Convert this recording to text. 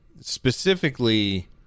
specifically